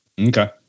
Okay